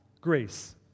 grace